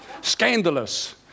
scandalous